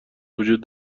وجود